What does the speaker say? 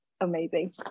amazing